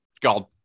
God